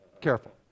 careful